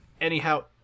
Anyhow